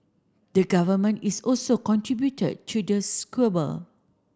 the Government is also contributed to the